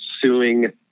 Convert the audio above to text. suing